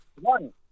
One